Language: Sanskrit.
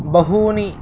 बहूनि